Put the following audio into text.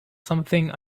something